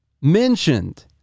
mentioned